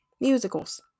musicals